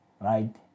right